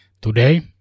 Today